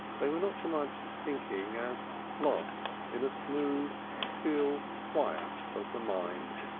they were not so much thinking as lost in a smooth, still quiet of the mind.